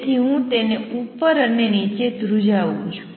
તેથી હું તેને ઉપર અને નીચે ધ્રુજાવું છું